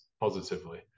positively